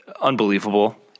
unbelievable